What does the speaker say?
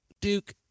Duke